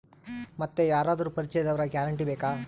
ಮತ್ತೆ ಯಾರಾದರೂ ಪರಿಚಯದವರ ಗ್ಯಾರಂಟಿ ಬೇಕಾ?